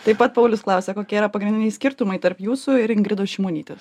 taip pat paulius klausia kokie yra pagrindiniai skirtumai tarp jūsų ir ingridos šimonytės